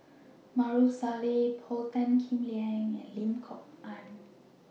Maarof Salleh Paul Tan Kim Liang and Lim Kok Ann